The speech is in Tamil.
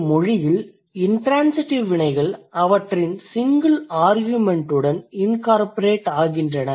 ஒரு மொழியில் இண்ட்ரான்சிடிவ் வினைகள் அவற்றின் சிங்கிள் ஆர்கியுமெண்ட் உடன் incorporate ஆகின்றன